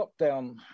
lockdown